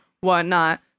whatnot